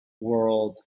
world